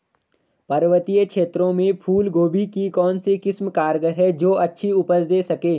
पर्वतीय क्षेत्रों में फूल गोभी की कौन सी किस्म कारगर है जो अच्छी उपज दें सके?